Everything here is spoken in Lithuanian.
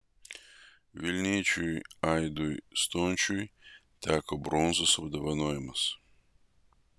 vilniečiui aidui stončiui teko bronzos apdovanojimas